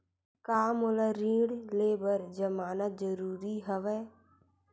का मोला ऋण ले बर जमानत जरूरी हवय?